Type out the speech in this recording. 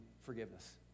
forgiveness